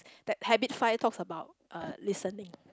that habit five talks about uh listening